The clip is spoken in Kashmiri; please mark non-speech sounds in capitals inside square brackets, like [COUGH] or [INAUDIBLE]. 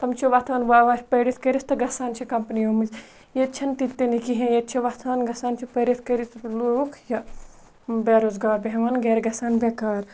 تِم چھِ وۄتھان [UNINTELLIGIBLE] پٔرِتھ کٔرِتھ تہٕ گَژھان چھِ کَمپٔنیو مٔنٛزۍ ییٚتہِ چھَنہٕ تہِ تہِ نہٕ کِہیٖنۍ ییٚتہِ چھِ وۄتھان گژھان چھِ پٔرِتھ کٔرِتھ لوٗکھ یہِ بےٚ روزگار بیٚہوان گَرِ گژھان بٮ۪کار